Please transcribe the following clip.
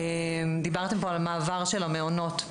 דיברתם פה על המעבר של המעונות.